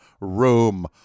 room